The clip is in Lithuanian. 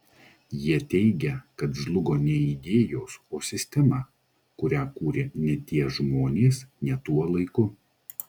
jie teigia kad žlugo ne idėjos o sistema kurią kūrė ne tie žmonės ne tuo laiku